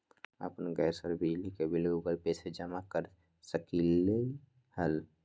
अपन गैस और बिजली के बिल गूगल पे से जमा कर सकलीहल?